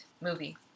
movie